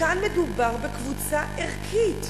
כאן מדובר בקבוצה ערכית,